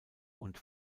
und